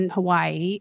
Hawaii